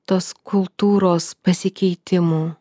tos kultūros pasikeitimų